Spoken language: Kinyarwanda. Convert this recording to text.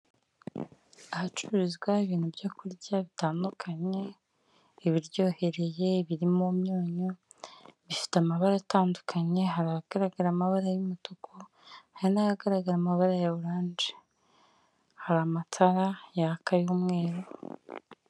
Ahacururizwa ibintu byo kurya bitandukanye ibiryohereye ibirimo imyunyu bifite amabara atandukanye hari ahagaragara amabara y'umutuku hari nahagaragara amabara ya oranje hari amatara yaka y'umweru.